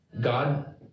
God